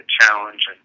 challenge